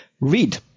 read